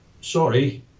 sorry